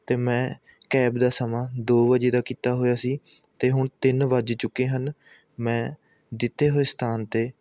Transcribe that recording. ਅਤੇ ਮੈਂ ਕੈਬ ਦਾ ਸਮਾਂ ਦੋ ਵਜੇ ਦਾ ਕੀਤਾ ਹੋਇਆ ਸੀ ਅਤੇ ਹੁਣ ਤਿੰਨ ਵੱਜ ਚੁੱਕੇ ਹਨ ਮੈਂ ਦਿੱਤੇ ਹੋਏ ਸਥਾਨ 'ਤੇ